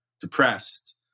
depressed